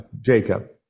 Jacob